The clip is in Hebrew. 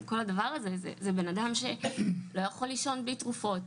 כל הדבר הזה זה בנאדם שלא יכול לישון בלי תרופות,